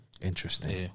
Interesting